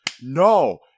no